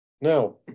Now